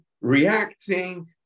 reacting